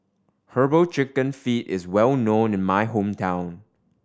Herbal Chicken Feet is well known in my hometown